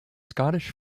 scottish